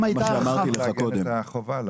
אם הייתה -- צריך לעגן את החובה לבוא.